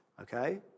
Okay